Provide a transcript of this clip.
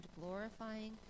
glorifying